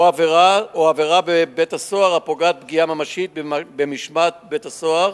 או עבירה הפוגעת פגיעה ממשית במשמעת בבית-הסוהר